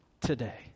today